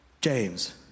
James